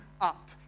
up